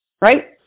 right